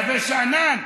נווה שאנן,